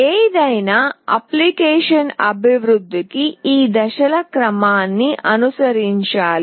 ఏదైనా అప్లికేషన్ అభివృద్ధికి ఈ దశల క్రమాన్ని అనుసరించాలి